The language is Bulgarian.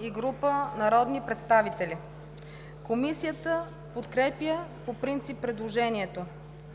и група народни представители. Комисията подкрепя по принцип предложението.